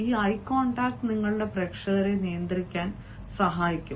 ഈ eye contact നിങ്ങളുടെ പ്രേക്ഷകരെ നിയന്ത്രിക്കാൻ സഹായിക്കും